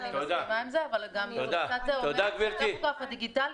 אני מסכימה עם זה אבל הטכוגרף הדיגיטלי